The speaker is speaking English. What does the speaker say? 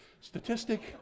statistic